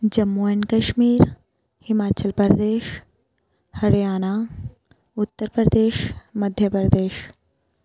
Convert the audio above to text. Jammu and Kashmir Himachal Pradesh Haryana Uttar Pradesh Madhya Pradesh